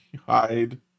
hide